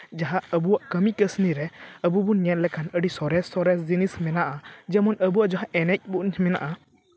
ᱡᱟᱦᱟᱸ ᱟᱵᱚᱣᱟᱜ ᱠᱟᱹᱢᱤ ᱠᱟᱹᱥᱱᱤ ᱨᱮ ᱟᱵᱚ ᱵᱚᱱ ᱧᱮᱞ ᱞᱮᱠᱷᱟᱱ ᱟᱹᱰᱤ ᱥᱚᱨᱮᱥ ᱥᱚᱨᱮᱥ ᱡᱤᱱᱤᱥ ᱢᱮᱱᱟᱜᱼᱟ ᱡᱮᱢᱚᱱ ᱟᱵᱚᱣᱟᱜ ᱡᱟᱦᱟᱸ ᱮᱱᱮᱡ ᱵᱚᱱ ᱢᱮᱱᱟᱜᱼᱟ